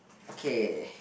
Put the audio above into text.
okay